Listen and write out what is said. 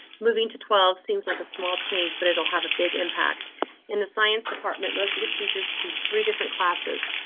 moving to twelve seems like a small change, but it will have a big impact in the science department. most of the teachers teach three different classes,